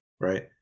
right